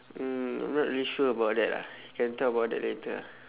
mm I'm not really sure about that ah can talk about that later ah